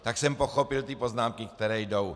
Tak jsem pochopil ty poznámky, které jdou.